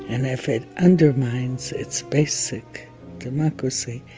and if it undermines its basic democracy,